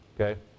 okay